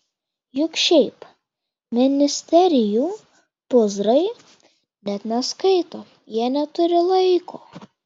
juk šiaip ministerijų pūzrai net neskaito jie neturi laiko